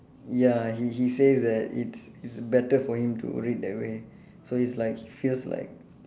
ya he he says that it's it's better for him to read that way so he's like he feels like